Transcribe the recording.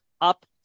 up